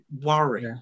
worry